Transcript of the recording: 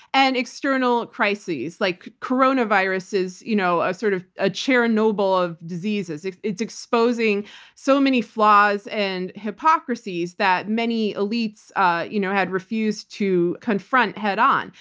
and external crises. like coronavirus is you know ah sort of a chernobyl of diseases. it's it's exposing so many flaws and hypocrisies that many elites ah you know had refused to confront head on.